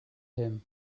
him